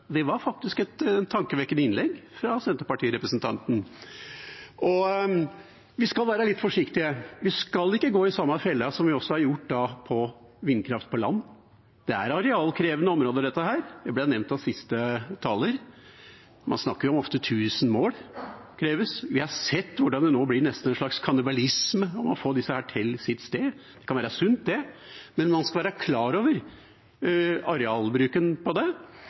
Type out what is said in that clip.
Det var faktisk et tankevekkende innlegg fra Senterparti-representanten. Vi skal være litt forsiktige, vi skal ikke gå i samme fellen som vi har gjort når det gjelder vindkraft på land. Det er arealkrevende områder som kreves – det ble nevnt av siste taler – og man snakker ofte om 1 000 mål. Vi har sett hvordan det nå nesten blir en slags kannibalisme med tanke på å få disse til sitt sted. Det kan være sunt, men man skal være klar over arealbruken.